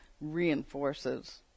reinforces